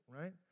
right